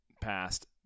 passed